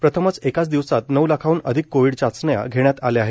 प्रथमच एकाच दिवसात नऊ लाखाहन अधिक कोविड चाचण्या घेण्यात आल्या आहेत